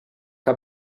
que